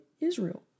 Israel